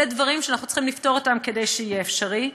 אלה דברים שאנחנו צריכים לפתור כדי שזה יהיה אפשרי.